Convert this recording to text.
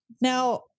Now